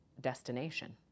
destination